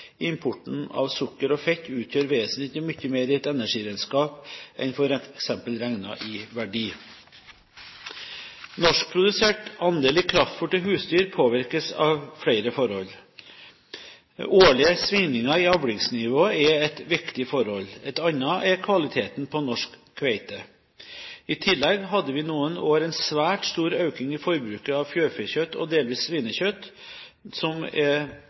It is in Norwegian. importen av sukker og fett utgjør vesentlig mye mer i et energiregnskap enn f.eks. regnet i verdi. Norskprodusert andel i kraftfôr til husdyr påvirkes av flere forhold. Årlige svingninger i avlingsnivået er ett viktig forhold, et annet er kvaliteten på norsk hvete. I tillegg hadde vi noen år en svært stor økning i forbruket av fjørfekjøtt og delvis svinekjøtt, som er